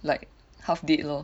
like half dead lor